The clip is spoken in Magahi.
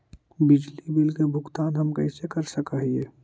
बिजली बिल के भुगतान हम कैसे कर सक हिय?